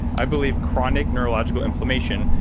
i believe chronic neurological inflammation,